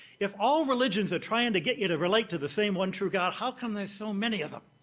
if all religions are trying to get you to relate to the same one true god, how come there's so many of them?